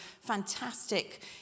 fantastic